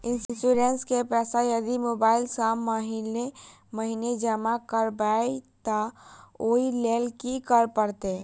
Insurance केँ पैसा यदि मोबाइल सँ महीने महीने जमा करबैई तऽ ओई लैल की करऽ परतै?